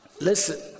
Listen